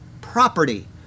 property